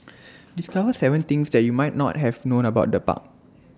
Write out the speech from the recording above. discover Seven things you might not have known about the park